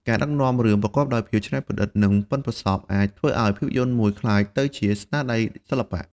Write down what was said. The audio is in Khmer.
ការដឹកនាំរឿងប្រកបដោយភាពច្នៃប្រឌិត និងប៉ិនប្រសប់អាចធ្វើឲ្យភាពយន្តមួយក្លាយទៅជាស្នាដៃសិល្បៈ។